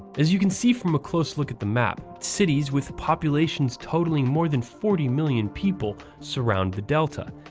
as you can see from a close look at the map, cities with populations totaling more than forty million people surrounding the delta,